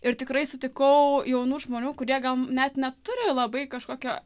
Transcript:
ir tikrai sutikau jaunų žmonių kurie gal net neturi labai kažkokio